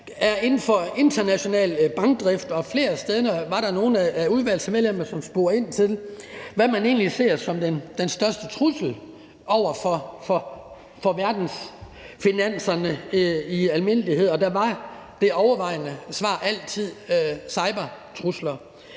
inden for international bankdrift, og flere steder var der nogle udvalgsmedlemmer, som spurgte ind til, hvad man egentlig ser som den største trussel mod verdensfinanserne i almindelighed, og der var det overvejende svar altid, at det